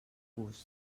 gust